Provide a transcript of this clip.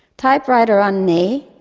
typewriter on knee,